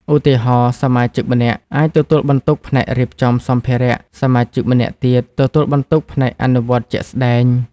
ឧទាហរណ៍ សមាជិកម្នាក់អាចទទួលបន្ទុកផ្នែករៀបចំសម្ភារៈ សមាជិកម្នាក់ទៀតទទួលបន្ទុកផ្នែកអនុវត្តជាក់ស្ដែង។